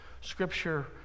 scripture